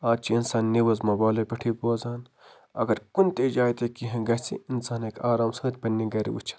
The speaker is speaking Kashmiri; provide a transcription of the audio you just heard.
از چھِ اِنسان نِوٕز موبایِلَو پٮ۪ٹھٕے بوزان اگر کُنہِ تہِ جایہِ تہِ کیٚنہہ گَژھِ اِنسان ہٮ۪کہِ آرام سۭتۍ پَنٛنہِ گَرِ وٕچھِتھ